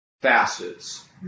facets